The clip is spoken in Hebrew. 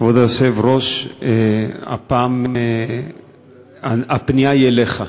כבוד היושב-ראש, הפעם הפנייה היא אליך,